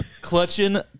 Clutching